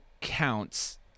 counts